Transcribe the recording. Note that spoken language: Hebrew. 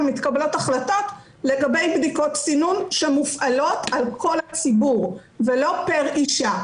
מתקבלות החלטות לגבי בדיקות סינון שמופעלות על כל הציבור ולא פר אישה.